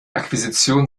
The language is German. akquisition